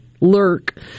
lurk